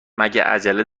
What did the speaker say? عجله